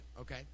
okay